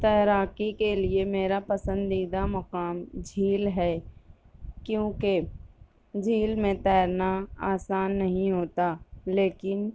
تیراکی کے لیے میرا پسندیدہ مقام جھیل ہے کیونکہ جھیل میں تیرنا آسان نہیں ہوتا لیکن